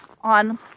on